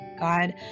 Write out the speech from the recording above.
God